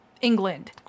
england